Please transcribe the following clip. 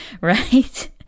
Right